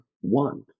one